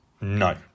No